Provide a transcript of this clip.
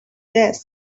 death